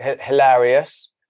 hilarious